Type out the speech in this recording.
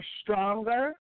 stronger